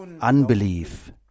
unbelief